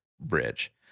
bridge